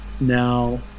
now